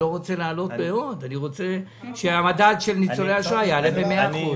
אני רוצה שהמדד של ניצולי השואה יעלה ב-100%,